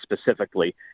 specifically